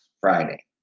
Friday